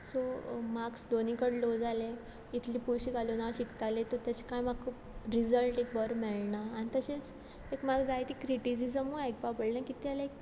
so marks दोनीय कडेन लो जाले इतले पयशे घालून हांव शिकतालें सो तेचें कांय म्हाक रिझल्ट एक बोर मेळना आनी तशेंच म्हाक जायती क्रिटिसीजमूय आयकपा पडलें कित्या लायक